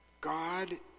God